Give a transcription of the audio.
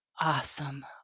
awesome